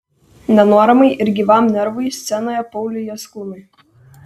nenuoramai ir gyvam nervui scenoje pauliui jaskūnui